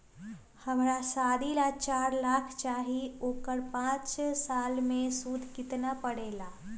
हमरा शादी ला चार लाख चाहि उकर पाँच साल मे सूद कितना परेला?